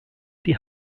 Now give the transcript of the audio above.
die